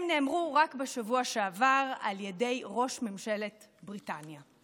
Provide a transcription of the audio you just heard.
הם נאמרו רק בשבוע שעבר על ידי ראש ממשלת בריטניה.